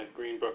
Greenbrook